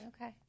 Okay